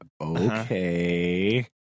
okay